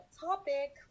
topic